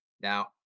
Now